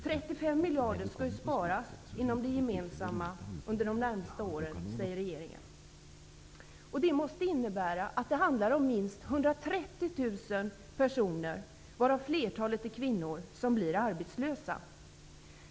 35 miljarder skall ju sparas inom det gemensamma under de närmaste åren, säger regeringen. Det måste innebära att det handlar om minst 130 000 personer, flertalet kvinnor, som blir arbetslösa.